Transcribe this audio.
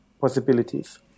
possibilities